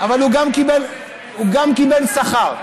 אבל הוא גם קיבל עליה שכר.